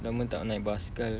lama tak naik basikal